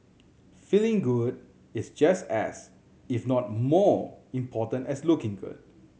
feeling good is just as if not more important as looking good